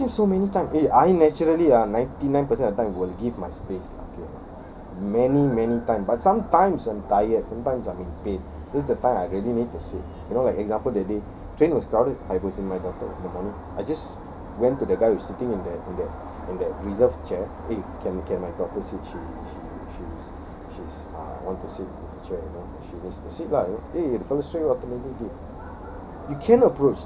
I've seen so many time eh I naturally ah ninety nine percent of time will give my space lah okay many many time but sometimes I'm tired sometimes I'm in pain that's the time I really need to sit you know like example that day train was crowded I was with my daughter I just went to the guy who's goes sitting in that in that in that reserved chair eh can can my daughter sit she she she's she's uh want to sit on the chair you know she needs to sit lah you know eh the fella city straightaway automatically give